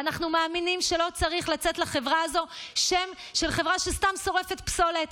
ואנחנו מאמינים שלא צריך לצאת לחברה הזו שם של חברה שסתם שורפת פסולת,